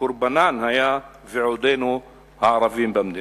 שקורבנן היה ועודנו הערבים במדינה.